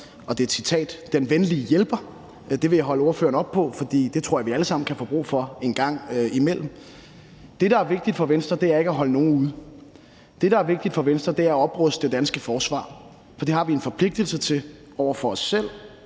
og det er et citat – »den altid venlige hjælper«. Det vil jeg holde ordføreren op på, for det tror jeg vi alle sammen kan få brug for en gang imellem. Det, der er vigtigt for Venstre, er ikke at holde nogen ude. Det, der er vigtigt for Venstre, er at opruste det danske forsvar, for det har vi en forpligtelse til over for os selv,